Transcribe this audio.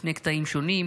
לשני קטעים שונים,